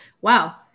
wow